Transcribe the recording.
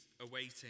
awaiting